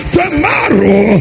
tomorrow